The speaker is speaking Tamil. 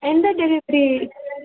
எந்த டெலிவரி